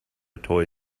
toy